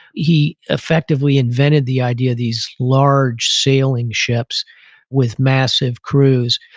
he effectively invented the idea, these large sailing ships with massive crews.